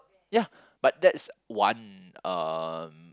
ya but that's one um